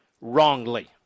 wrongly